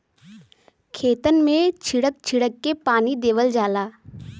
खेतन मे छीड़क छीड़क के पानी देवल जाला